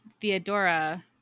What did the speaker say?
Theodora